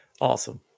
Awesome